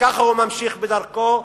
וכך הוא ממשיך בדרכו,